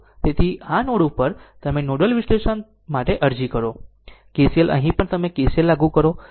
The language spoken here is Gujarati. તેથી આ નોડ પર તમે નોડલ વિશ્લેષણ માટે અરજી કરો KCL અહીં પણ તમે KCL લાગુ કરો છો